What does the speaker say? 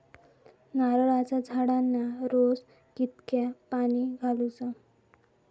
नारळाचा झाडांना रोज कितक्या पाणी घालुचा?